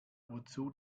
wozu